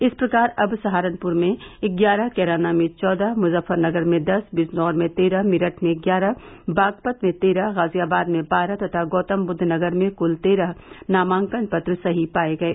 इस प्रकार अब सहारनपुर में ग्यारह कैराना में चौदह मुजफ्फरनगर में दस बिजनौर में तेरह मेरठ में ग्यारह बागपत में तेरह गाजियाबाद में बारह तथा गौतमबुद्दनगर में कुल तेरह नामांकन पत्र सही पाये गये